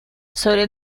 sobre